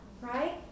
right